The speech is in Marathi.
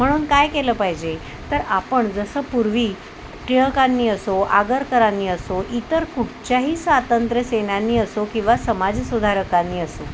म्हणून काय केलं पाहिजे तर आपण जसं पूर्वी टिळकांनी असो आगरकरांनी असो इतर कुठच्याही स्वातंत्र्यसेनांनी असो किंवा समाजसुधारकांनी असो